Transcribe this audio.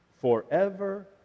Forever